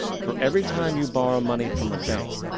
for every time you borrow money from a bank,